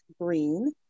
green